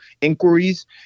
inquiries